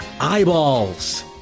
eyeballs